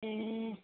ए